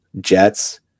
Jets